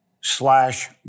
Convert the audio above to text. slash